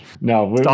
No